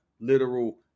literal